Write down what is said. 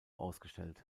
ausgestellt